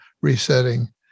resetting